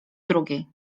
drugiej